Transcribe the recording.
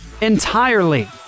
entirely